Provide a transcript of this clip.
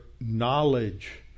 knowledge